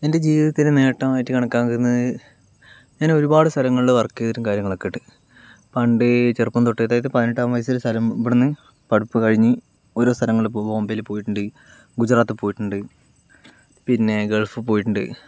എൻ്റെ ജീവിതത്തിലെ നേട്ടമായിട്ടു കണക്കാക്കുന്നത് ഞാൻ ഒരുപാട് സ്ഥലങ്ങളില് വർക്ക് ചെയ്തിട്ടും കാര്യങ്ങളക്കെ ഉണ്ട് പണ്ടേ ചെറുപ്പം തൊട്ടേ അതായത് പതിനെട്ടാം വയസ്സില് സ്ഥലം ഇവിടുന്ന് പഠിപ്പ് കഴിഞ്ഞ് ഓരോ സ്ഥലങ്ങളില് പോവും ബോംബേയില് പോയിട്ടുണ്ട് ഗുജറാത്തില് പോയിട്ടുണ്ട് പിന്നെ ഗൾഫ് പോയിട്ടുണ്ട്